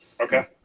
Okay